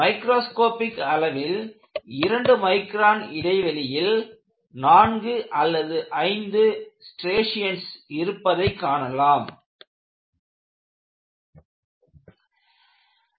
microscopic அளவில் 2 micron இடைவெளியில் 4 அல்லது 5 ஸ்ட்ரியேஷன்ஸ் இருப்பதைக் காணலாம்